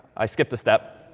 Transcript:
i skipped the step.